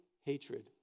hatred